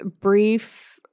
brief